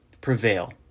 prevail